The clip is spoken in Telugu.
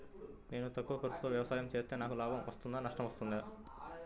నేను తక్కువ ఖర్చుతో వ్యవసాయం చేస్తే నాకు లాభం వస్తుందా నష్టం వస్తుందా?